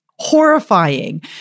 horrifying